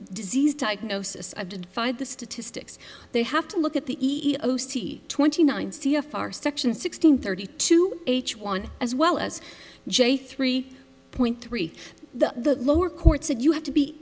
disease diagnosis i did find the statistics they have to look at the e e o c twenty nine c f r section sixteen thirty two h one as well as j three point three the lower court said you have to be